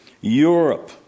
Europe